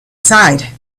side